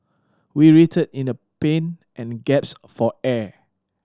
we writhed in the pain and gaps for air